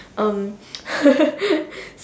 um